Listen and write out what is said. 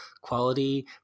quality